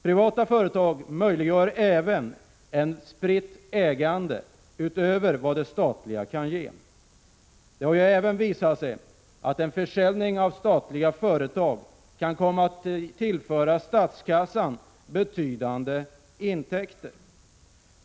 Privata företag möjliggör även ett spritt ägande utöver vad statliga företag kan ge. Det har även visat sig att en försäljning av statliga företag kan komma att tillföra statskassan betydande intäkter.